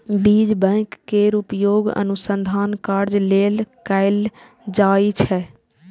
बीज बैंक केर उपयोग अनुसंधान कार्य लेल कैल जाइ छै